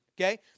okay